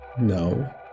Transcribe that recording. no